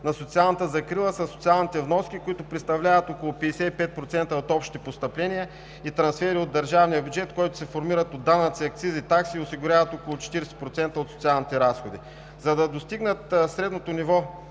на социалната закрила са социалните вноски, които представляват около 55% от общите постъпления и трансфери от държавния бюджет, който се формира от данъци, акцизи, такси и осигуряват около 40% от социалните разходи. За да достигнат средното ниво